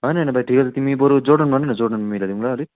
होइन होइन भाइ ठिकै छ तिमी बरु जोर्डन भन न जोर्डन मिलाइदिउँला अलिक